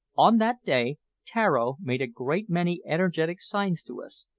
on that day tararo made a great many energetic signs to us,